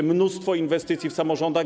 Mamy mnóstwo inwestycji w samorządach.